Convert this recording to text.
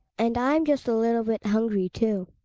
and i'm just a little bit hungry, too.